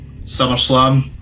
Summerslam